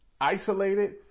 isolated